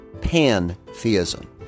pantheism